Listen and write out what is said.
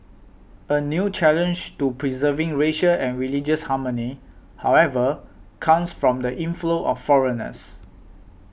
a new challenge to preserving racial and religious harmony however comes from the inflow of foreigners